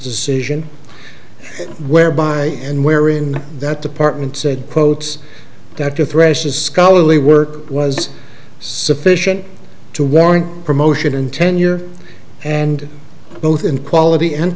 decision whereby and where in that department said quotes that the threshers scholarly work was sufficient to warrant promotion and tenure and both in quality and